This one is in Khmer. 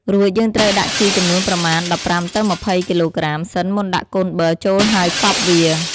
រួចយើងត្រូវដាក់ជីចំនួនប្រមាណ ១៥ ទៅ ២០ គីឡូក្រាមសិនមុនដាក់កូនប័រចូលហើយកប់វា។